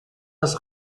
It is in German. das